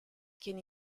quien